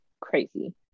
crazy